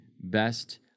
best